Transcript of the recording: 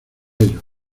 ellos